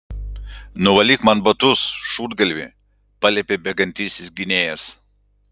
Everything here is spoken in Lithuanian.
nuvalyk man batus šūdgalvi paliepė bėgantysis gynėjas